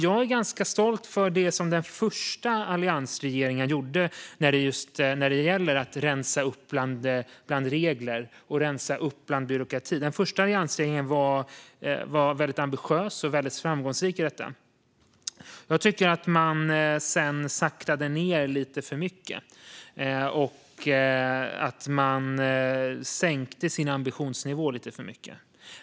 Jag är ganska stolt över det som den första alliansregeringen gjorde när det gällde att rensa upp bland regler och byråkrati. Den första alliansregeringen var väldigt ambitiös och framgångsrik i detta. Sedan tycker jag att man saktade ned lite för mycket och sänkte sin ambitionsnivå lite för mycket.